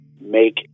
make